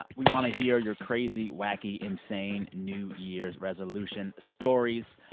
ah we want to hear your crazy, wacky, insane new year's resolution stories.